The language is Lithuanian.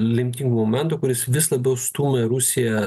lemtingo momento kuris vis labiau stūmė rusiją